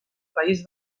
país